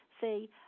see